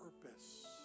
purpose